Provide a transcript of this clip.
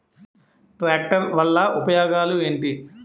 Tractor వల్ల ఉపయోగాలు ఏంటీ?